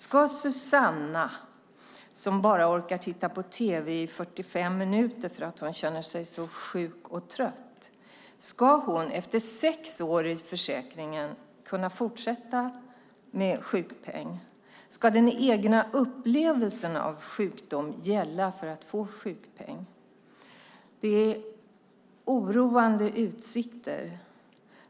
Ska Susanna, som bara orkar titta på tv i 45 minuter därför att hon känner sig så sjuk och trött, efter sex år i försäkringen kunna fortsätta med sjukpeng? Ska den egna upplevelsen av sjukdom gälla för att få sjukpeng? Det är oroande utsikter.